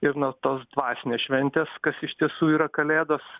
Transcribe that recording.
ir nuo tos dvasinės šventės kas iš tiesų yra kalėdos